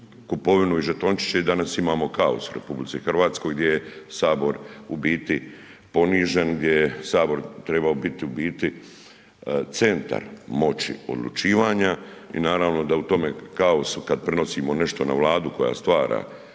kupovinu i žetončiće i danas imamo kaos u RH gdje je Sabor u biti ponižen, gdje bi Sabor trebao biti u biti centar moći odlučivanja i naravno da u tome kaosu kada prenosimo nešto na Vladu koja stvara